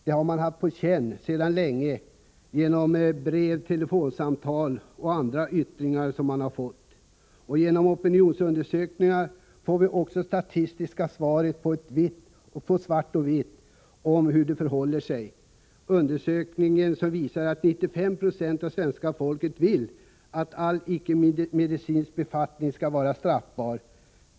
Det har vi haft på känn sedan länge genom brev, telefonsamtal och andra yttringar. Genom opinionsundersökningar har vi också fått svart på vitt om hur det förhåller sig — 95 70 av svenska folket vill att all icke-medicinsk befattning med narkotika skall vara straffbar.